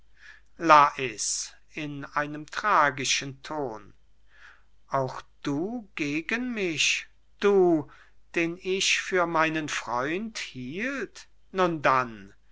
auch du gegen mich du den ich für meinen freund hielt nun dann